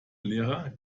lehrer